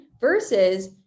Versus